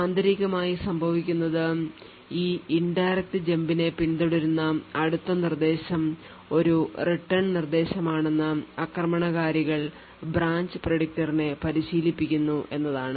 ആന്തരികമായി സംഭവിക്കുന്നത് ഈ indirect jump നെ പിന്തുടരുന്ന അടുത്ത നിർദ്ദേശം ഒരു റിട്ടേൺ നിർദ്ദേശമാണെന്ന് ആക്രമണകാരികൾ ബ്രാഞ്ച് predictor നെ പരിശീലിപ്പിക്കുന്നു എന്നതാണ്